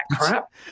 crap